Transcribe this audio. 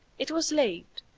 it was late,